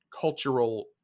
cultural